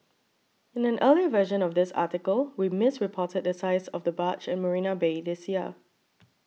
in an earlier version of this article we misreported the size of the barge at Marina Bay this year